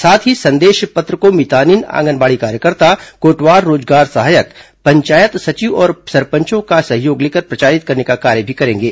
साथ ही संदेश पत्र को भितानिन आंगनबाड़ी कार्यकर्ता कोटवार रोजगार सहायक पंचायत सचिव और सरपंचगणों का सहयोग लेकर प्रचारित करने का कार्य भी करेंगे